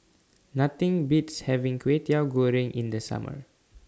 Nothing Beats having Kway Teow Goreng in The Summer